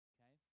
Okay